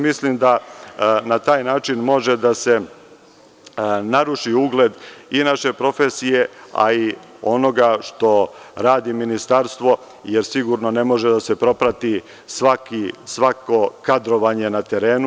Mislim da na taj način može da se naruši ugled i naše profesije, a i onoga što radi ministarstvo, jer sigurno ne može da se proprati svako kadrovanje na terenu.